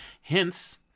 Hence